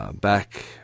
Back